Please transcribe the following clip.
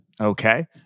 Okay